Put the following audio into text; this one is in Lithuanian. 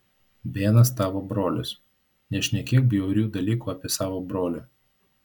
benas tavo brolis nešnekėk bjaurių dalykų apie savo brolį